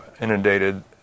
inundated